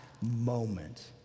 moment